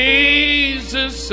Jesus